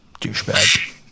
douchebag